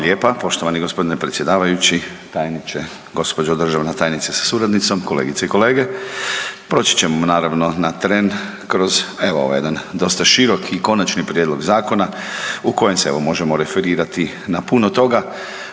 lijepa poštovani g. predsjedavajući, tajniče, gđo. državna tajniče sa suradnicom, kolegice i kolege. Proći ćemo naravno na tren kroz, evo, ovaj jedan dosta široki i konačni prijedlog zakona u kojem se, evo, možemo referirati na puno toga.